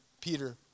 Peter